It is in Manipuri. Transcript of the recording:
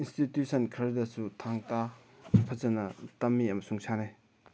ꯏꯟꯁꯇꯤꯇ꯭ꯌꯨꯁꯟ ꯈꯔꯗꯁꯨ ꯊꯥꯡ ꯇꯥ ꯐꯖꯅ ꯇꯝꯃꯤ ꯑꯃꯁꯨꯡ ꯁꯥꯟꯅꯩ